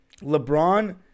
LeBron